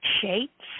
shapes